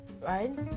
right